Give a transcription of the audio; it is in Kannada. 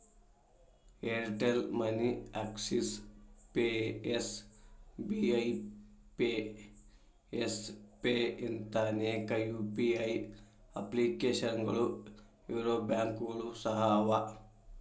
Airtel money Axis pay SBI pay Yes pay ಇಂಥಾ ಅನೇಕ ಯು.ಪಿ.ಐ ಅಪ್ಲಿಕೇಶನ್ಗಳು ಇರೊ ಬ್ಯಾಂಕುಗಳು ಸಹ ಅವ